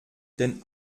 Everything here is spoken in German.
den